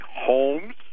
homes